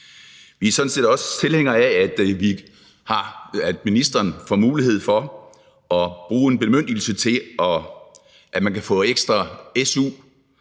Vi er sådan set også tilhængere af, at ministeren får mulighed for at bruge en bemyndigelse til, at man kan få ekstra